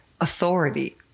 authority